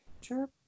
Sure